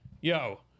Yo